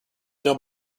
known